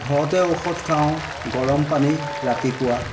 ঘৰতে ঔষধ খাওঁ গৰম পানী ৰাতিপুৱা